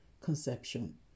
conception